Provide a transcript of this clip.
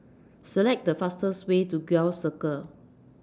Select The fastest Way to Gul Circle